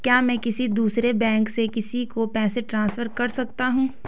क्या मैं किसी दूसरे बैंक से किसी को पैसे ट्रांसफर कर सकता हूँ?